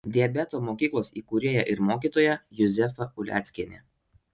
diabeto mokyklos įkūrėja ir mokytoja juzefa uleckienė